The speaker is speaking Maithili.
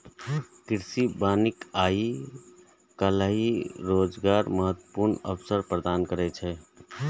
कृषि वानिकी आइ काल्हि रोजगारक महत्वपूर्ण अवसर प्रदान करै छै